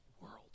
world